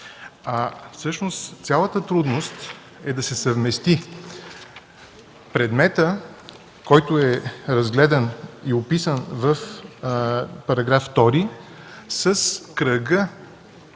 Всъщност цялата трудност е да се съвмести предметът, който е разгледан и описан в § 2, с кръга